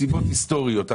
סיבות היסטוריות.